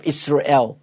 Israel